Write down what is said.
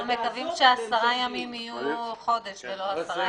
אנחנו מקווים שעשרה ימים יהיו חודש ולא עשרה ימים.